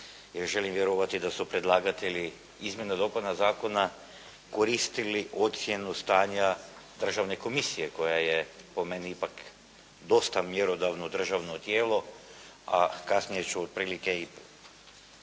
jer želim vjerovati da su predlagatelji izmjena i dopuna zakona koristili ocjenu stanja državne komisije koja je po meni ipak dosta mjerodavno državno tijelo, a kasnije ću otprilike i prikazati